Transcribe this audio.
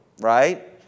right